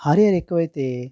Harrier ఎక్కువ అయితే